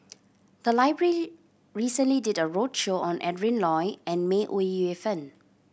the library recently did a roadshow on Adrin Loi and May Ooi Yu Fen